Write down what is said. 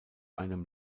einem